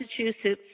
Massachusetts